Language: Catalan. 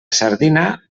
sardina